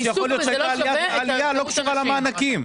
יכול להיות שהייתה עלייה לא קטנה במענקים.